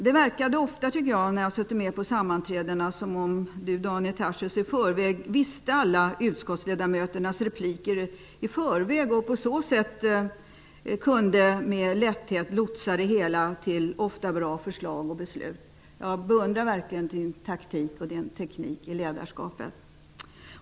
Det verkade ofta vid sammanträdena som om Daniel Tarschys i förväg visste vad alla utskottsledamöterna skulle säga och på så sätt med lätthet kunde lotsa fram till bra förslag och beslut. Jag beundrar verkligen Daniel Tarschys taktik och teknik i ledarskapet.